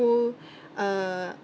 whole uh